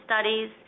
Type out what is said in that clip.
studies